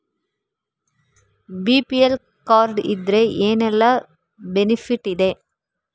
BPL card ಇದ್ರೆ ಏನೆಲ್ಲ benefit ಇದೆ?